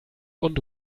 und